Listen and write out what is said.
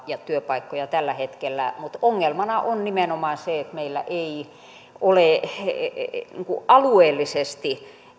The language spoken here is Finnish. ja työpaikkoja tällä hetkellä eli ongelmana on nimenomaan se että meillä ei ole alueellisesti